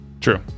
True